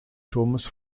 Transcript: turmes